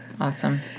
Awesome